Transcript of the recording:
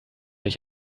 ich